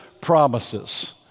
promises